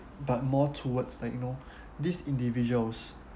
but more towards like you know these individuals